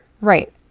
Right